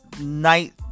night